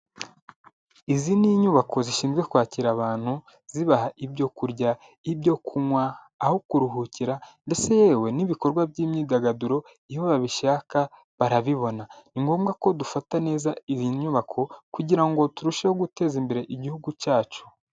Izi ni inyubako zishinzwe kwakira abantu zibaha ibyo kurya ibyo kunywa aho kuruhukira ndetse yewe n'ibikorwa by'imyidagaduro iyo babishaka barabibona ni ngombwa ko dufata neza iyi nyubako kugirango turusheho guteza imbere igihugu cyacu.